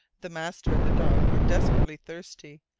the master and the dog were desperately thirsty,